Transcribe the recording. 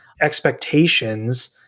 expectations